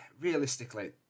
realistically